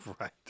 Right